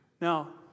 Now